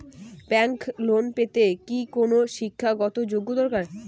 Bank loan পেতে কি কোনো শিক্ষা গত যোগ্য দরকার?